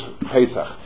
Pesach